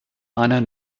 einer